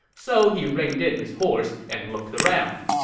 so he reined in his horse and looked around.